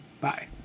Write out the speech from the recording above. Bye